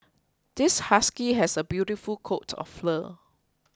this husky has a beautiful coat of fur